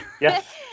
Yes